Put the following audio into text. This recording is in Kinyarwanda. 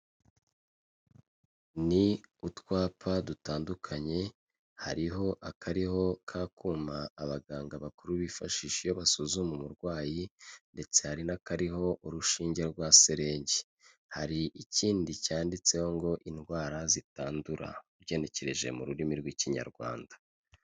Ni utwapa dutandukanye, hariho akariho ka kuma abaganga bakuru bifashisha iyo basuzuma umurwayi, ndetse hari n'akariho urushinge rwa selenge, hari ikindi cyanditseho ngo ''indwara zitandura'', ugenekereje mu rurimi rw'Ikinyarwanda.